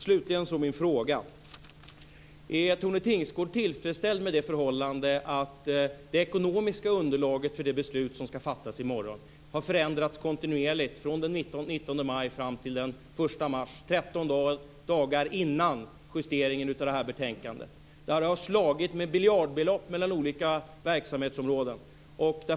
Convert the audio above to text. Slutligen är min fråga: Är Tone Tingsgård tillfredsställd med det förhållandet att det ekonomiska underlaget för det beslut som ska fattas i morgon har förändrats kontinuerligt från den 19 maj fram till den 1 mars, 13 dagar före justeringen av det här betänkandet? Det har slagit med miljardbelopp mellan olika verksamhetsområden.